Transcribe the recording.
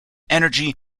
energy